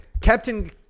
Captain